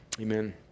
Amen